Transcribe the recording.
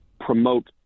promote